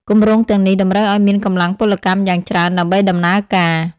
គម្រោងទាំងនេះតម្រូវឱ្យមានកម្លាំងពលកម្មយ៉ាងច្រើនដើម្បីដំណើរការ។